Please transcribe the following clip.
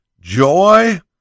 Joy